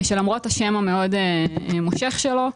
שלמרות השם המאוד מושך שלו,